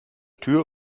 tür